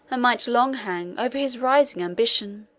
and might long hang, over his rising ambition.